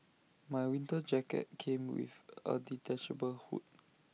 my winter jacket came with A detachable hood